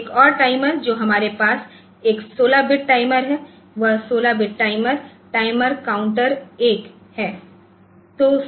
एक और टाइमर जो हमारे पास एक 16 बिट टाइमर है वह 16 बिट टाइमर टाइमर काउंटर एकTimer Counter 1 है